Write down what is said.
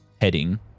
heading